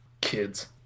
Kids